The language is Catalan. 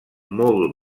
molt